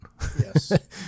yes